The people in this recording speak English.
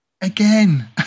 Again